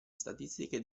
statistiche